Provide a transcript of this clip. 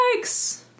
Yikes